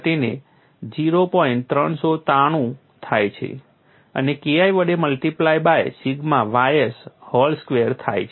393 થાય છે અને KI વડે multiply by sigma ys hol square થાય છે